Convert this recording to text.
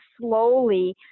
slowly